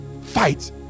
Fight